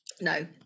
no